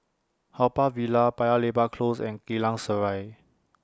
Haw Par Villa Paya Lebar Close and Geylang Serai